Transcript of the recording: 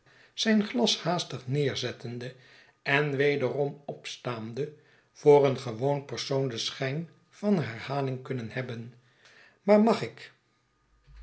zijn glas haastig neerzettende en wederom opstaande voor een gewoon persoon den schijn van herhaling kunnen hebben maar mag ik